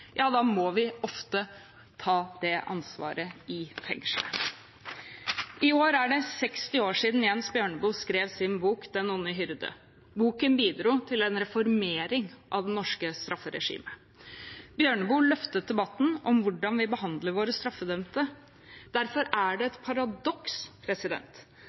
ja, da må vi ofte ta det ansvaret i fengselet. I år er det 60 år siden Jens Bjørneboe skrev sin bok «Den onde hyrde». Boken bidro til en reformering av det norske strafferegimet. Bjørneboe løftet debatten om hvordan vi behandler våre straffedømte. Derfor er det